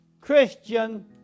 Christian